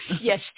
Yes